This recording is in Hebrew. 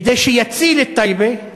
כדי שיציל את טייבה,